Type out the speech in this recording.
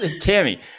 Tammy